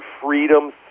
Freedom